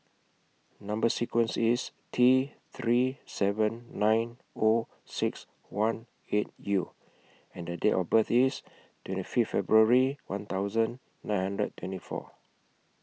Number sequence IS T three seven nine O six one eight U and The Date of birth IS twenty Fifth February one thousand nine hundred twenty four